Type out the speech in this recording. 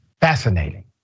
fascinating